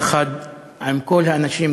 יחד עם כל האנשים,